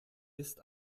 ist